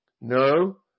No